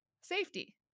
safety